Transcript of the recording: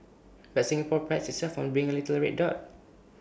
but Singapore prides itself on being A little red dot